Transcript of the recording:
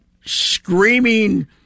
screaming